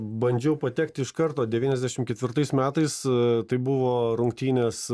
bandžiau patekt iš karto devyniasdešimt ketvirtais metais tai buvo rungtynės